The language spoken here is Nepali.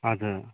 हजुर